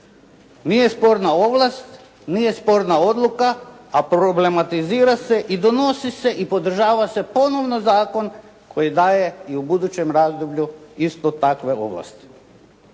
Nije sporna ovlast, nije sporna odluka, a problematizira se i donosi se i podržava se ponovno zakon koji daje i u budućem razdoblju istu takvu ovlast.